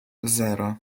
zero